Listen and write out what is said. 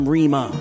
Rima